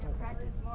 practice